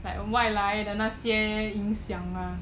like 外来的那些影响啊